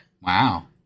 Wow